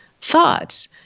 thoughts